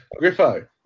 Griffo